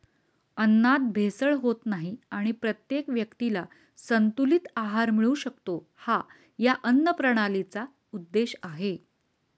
अन्नात भेसळ होत नाही आणि प्रत्येक व्यक्तीला संतुलित आहार मिळू शकतो, हा या अन्नप्रणालीचा उद्देश आहे